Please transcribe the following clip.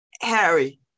harry